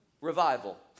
Revival